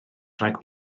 rhag